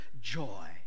joy